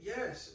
Yes